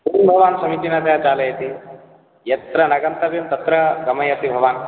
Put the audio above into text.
किं भवान् समीचीनतया चालयति यत्र न गन्तव्यं तत्र गमयति भवान्